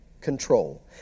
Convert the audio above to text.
control